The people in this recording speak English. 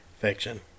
fiction